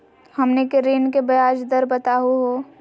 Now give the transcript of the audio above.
हमनी के ऋण के ब्याज दर बताहु हो?